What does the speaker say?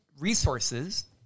resources